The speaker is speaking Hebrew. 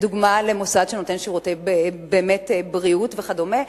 או למוסד שנותן שירותי בריאות וכדומה,